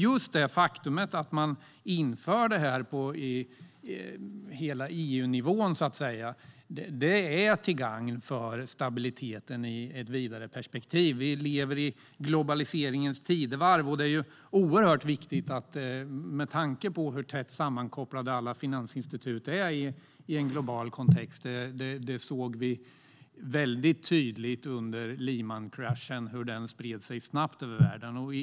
Just det faktum att detta införs på hela EU-nivån är till gagn för stabiliteten i ett vidare perspektiv. Vi lever i globaliseringens tidevarv, så detta är viktigt med tanke på hur tätt sammankopplade alla finansinstitut är i en global kontext. Vi såg ju tydligt hur Lehmankraschen spred sig snabbt över världen.